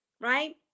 right